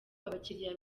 abakiriya